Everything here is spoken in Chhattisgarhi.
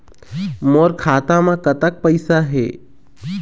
मोर खाता म कतक पैसा हे?